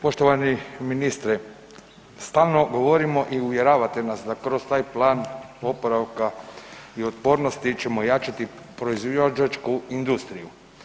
Poštovani ministre, stalno govorimo i uvjeravate nas da kroz taj plan oporavka i otpornosti ćemo ojačati proizvođačku industriju.